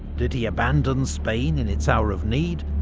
did he abandon spain in its hour of need,